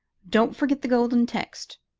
don't forget the golden text.